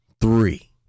three